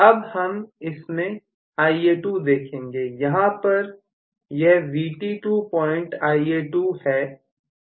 अब हम इसमें Ia2 देखेंगे यहां पर यह Vt2 पॉइंट Ia2 है